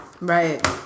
Right